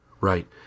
Right